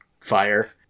fire